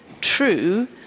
true